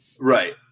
Right